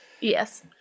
Yes